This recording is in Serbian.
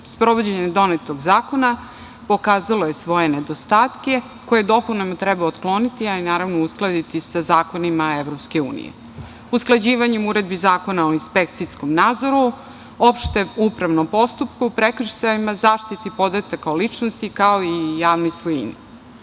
Sprovođenjem donetog zakona pokazalo je svoje nedostatke koje dopunama treba otkloniti i, naravno, uskladiti sa zakonima EU, usklađivanjem uredbi Zakona o inspekcijskom nadzoru, opštem upravnom postupku, prekršajima, zaštiti podataka o ličnosti, kao i o javnoj